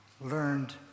learned